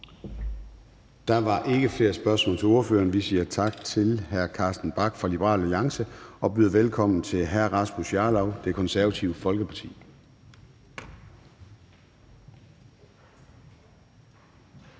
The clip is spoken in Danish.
Der var ikke flere spørgsmål til ordføreren. Vi siger tak til hr. Carsten Bach fra Liberal Alliance og byder velkommen til hr. Rasmus Jarlov, Det Konservative Folkeparti.